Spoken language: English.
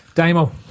Damo